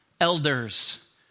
Elders